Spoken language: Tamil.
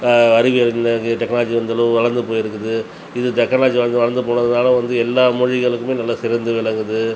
அறிவியல் இந்த டெக்னாலஜி அந்தளவு வளர்ந்து போயிருக்குது இது டெக்னாலஜி வந்து வளர்ந்து போனதுனால் வந்து எல்லா மொழிகளுக்குமே நல்லா சிறந்து விளங்குது